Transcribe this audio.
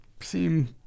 seem